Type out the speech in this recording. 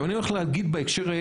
ובהקשר הזה